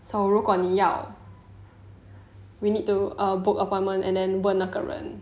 so 如果你要 we need to err book appointment and 问那个人